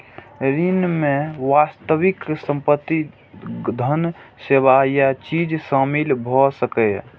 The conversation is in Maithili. ऋण मे वास्तविक संपत्ति, धन, सेवा या चीज शामिल भए सकैए